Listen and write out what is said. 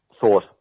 thought